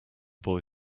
boy